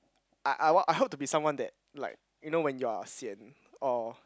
I I want I hope to be someone that like you know when you're sian or